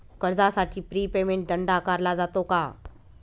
कर्जासाठी prepayment दंड आकारला जातो का?